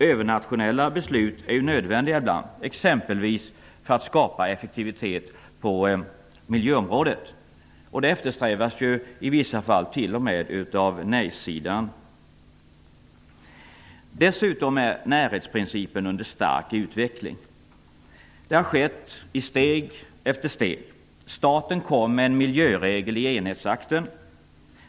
Övernationella beslut är ju nödvändiga ibland, exempelvis för att skapa effektivitet på miljöområdet. Det eftersträvas i vissa fall t.o.m. av nej-sidan. Närhetsprincipen är dessutom under stark utveckling. Det har skett i steg efter steg. Starten kom genom en miljöregel i enhetsakten.